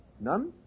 None